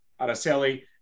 Araceli